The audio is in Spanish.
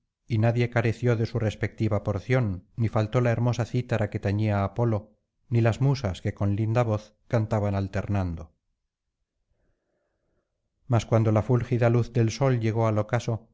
y nadie careció de su respectiva porción ni faltó la hermosa cítara que tañía apolo ni las musas que con linda voz cantaban alternando mas cuando la fúlgida luz del sol llegó al ocaso